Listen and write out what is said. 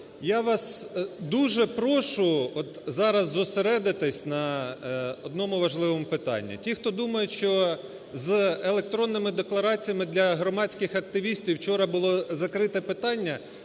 Я вас дуже прошу от зараз зосередитись на одному важливому питанні. Ті, хто думають, що з електронними деклараціями для громадських активістів вчора було закрите питання,